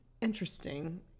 interesting